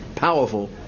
powerful